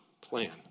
plan